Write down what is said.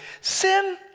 Sin